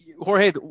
Jorge